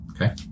Okay